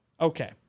okay